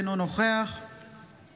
אינו נוכח שלום דנינו,